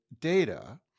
data